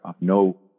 no